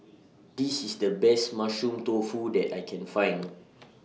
This IS The Best Mushroom Tofu that I Can Find